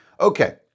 Okay